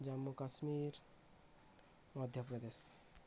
Jammu Kashmir Madhya Pradesh